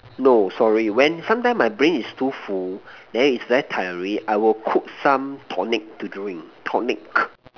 no sorry when sometimes my brain is too full then it's very tiring I will cook some tonic to drink tonic